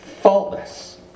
faultless